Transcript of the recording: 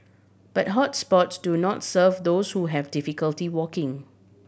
but hot spots do not serve those who have difficulty walking